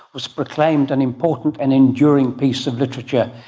was proclaimed an important and enduring peace of literature.